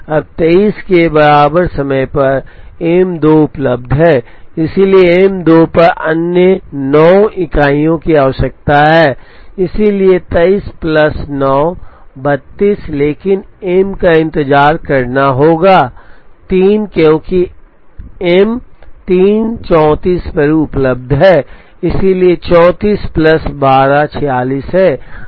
अब 23 के बराबर समय पर M 2 उपलब्ध है इसलिए M 2 पर अन्य 9 इकाइयों की आवश्यकता है इसलिए 23 प्लस 9 32 लेकिन M का इंतजार करना होगा 3 क्योंकि M 3 34 पर उपलब्ध है इसलिए 34 प्लस 12 46 है